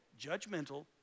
judgmental